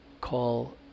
call